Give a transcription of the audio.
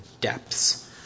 depths